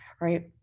right